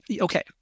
okay